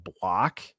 block